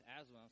asthma